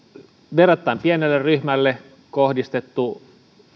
verrattain pienelle ryhmälle kohdistettu